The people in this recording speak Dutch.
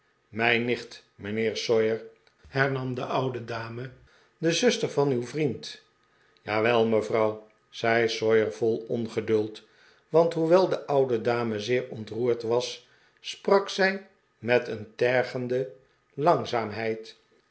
mijn nicht mijnheer sawyer hernam de oude dame de zuster van uw vriend jawel mevrouw zei sawyer vol ongeduld want hoewel de oude dame zeer ontroerd was sprak zij met een tergende langzaamheid